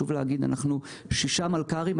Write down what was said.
אנחנו שישה מלכ"רים.